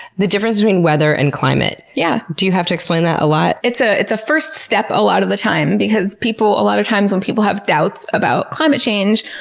the difference between weather and climate. yeah. do you have to explain that a lot? it's a it's a first step a lot of the time, because a lot of times when people have doubts about climate change,